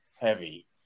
heavy